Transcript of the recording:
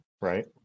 right